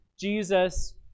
Jesus